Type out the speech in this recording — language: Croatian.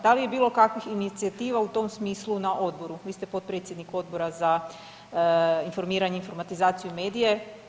Da li je bilo kakvih inicijativa u tom smislu na odboru vi ste potpredsjednik Odbora za informiranje, informatizaciju i medije?